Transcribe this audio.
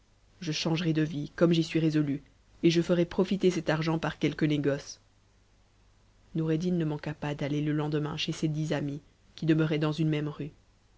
je changerai de vie comme j'y suis résolu et je fera profiter cet argent par quelque négoce m noureddin ne manqua pas d'aller le lendemain chez ses dix amis qui tcmcuraient dans une même rue